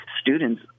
students